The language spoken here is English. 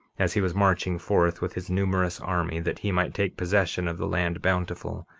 as he was marching forth with his numerous army that he might take possession of the land bountiful,